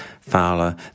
Fowler